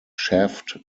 shaft